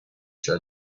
show